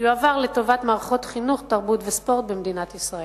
לטובת מערכות חינוך, תרבות וספורט במדינת ישראל.